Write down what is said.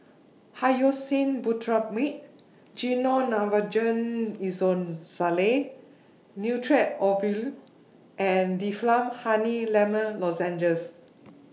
Hyoscine Butylbromide Gyno Lavogen Nitrate Ovule and Difflam Honey Lemon Lozenges